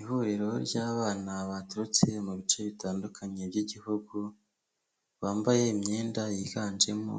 Ihuriro ry'abana baturutse mu bice bitandukanye by'igihugu, bambaye imyenda yiganjemo